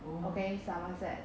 okay somerset